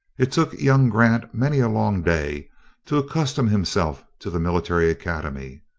it took young grant many a long day to accustom himself to the military academy.